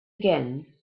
again